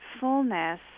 fullness